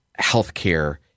healthcare